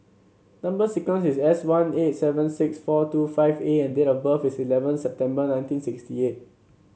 number sequence is S one eight seven six four two five A and date of birth is eleven September nineteen sixty eight